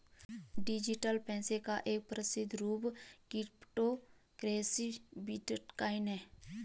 digital पैसे का एक प्रसिद्ध रूप क्रिप्टो करेंसी बिटकॉइन है